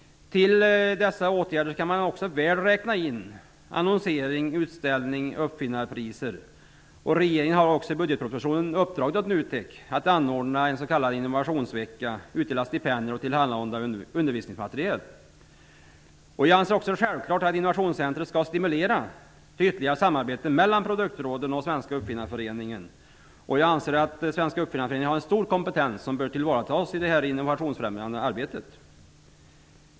Till dessa åtgärder skall också räknas in annonsering, utställning och uppfinnarpriser. Regeringen har i budgetpropositionen också uppdragit åt NUTEK att anordna en s.k. innovationsvecka, utdela stipendier och tillhandahålla undervisningsmaterial. Jag anser självfallet att Innovationscentrum skall stimulera till ytterligare samarbete mellan produktråden och Svenska uppfinnareföreningen. Jag anser också att Svenska uppfinnareföreningen har en stor kompetens som bör tillvaratas i det innovationsfrämjande arbetet.